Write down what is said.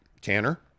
Tanner